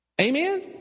Amen